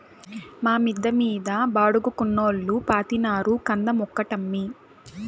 మా మిద్ద మీద బాడుగకున్నోల్లు పాతినారు కంద మొక్కటమ్మీ